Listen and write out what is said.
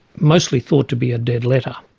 mostly thought to be a dead letter.